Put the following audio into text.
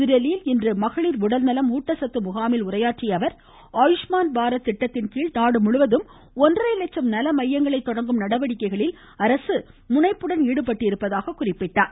புதுதில்லியில் இன்று மகளிர் உடல்நலம் ஊட்டச்சத்து முகாமில் உரையாற்றியஅவர் ஆயுஷ்மான் பாரத் திட்டத்தின்கீழ் நாடு முழுவதும் ஒன்றரை லட்சம் நல மையங்களை தொடங்கும் நடவடிக்கைகளில் அரசு முனைப்புடன் ஈடுபட்டிருப்பதாக கூறினார்